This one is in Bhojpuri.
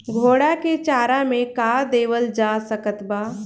घोड़ा के चारा मे का देवल जा सकत बा?